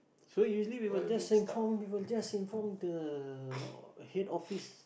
so usually we will just inform we will just inform the head office